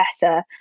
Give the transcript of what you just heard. better